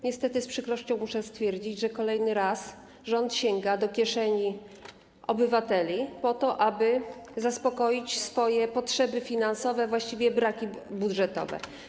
Niestety z przykrością muszę stwierdzić, że kolejny raz rząd sięga do kieszeni obywateli po to, aby zaspokoić swoje potrzeby finansowe, właściwie braki budżetowe.